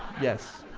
yes.